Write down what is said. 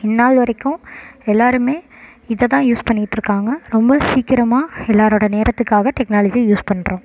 இந்நாள் வரைக்கும் எல்லோருமே இதை தான் யூஸ் பண்ணிட்டிருக்காங்க ரொம்ப சீக்கிரமாக எல்லாரோடய நேரத்துக்காக டெக்னாலஜியை யூஸ் பண்ணுறோம்